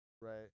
Right